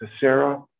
Sarah